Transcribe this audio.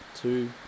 two